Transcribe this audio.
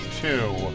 two